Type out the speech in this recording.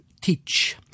teach